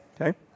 okay